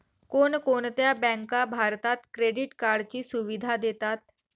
कोणकोणत्या बँका भारतात क्रेडिट कार्डची सुविधा देतात?